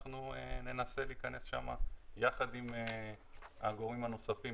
אנחנו ננסה להיכנס יחד עם הגורמים הנוספים,